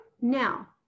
Now